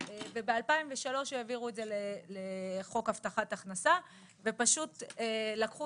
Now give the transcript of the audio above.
ב-2003 העבירו את זה לחוק הבטחת הכנסה ופשוט לקחו